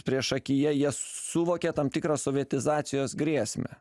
priešakyje jie suvokė tam tikrą sovietizacijos grėsmę